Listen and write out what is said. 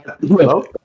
Hello